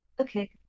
Okay